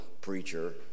preacher